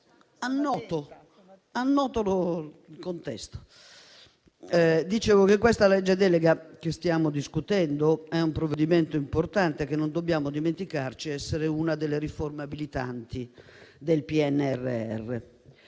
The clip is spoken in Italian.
annoto il contesto. La legge delega che stiamo discutendo è un provvedimento importante che non dobbiamo dimenticare essere una delle riforme abilitanti del PNRR.